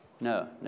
No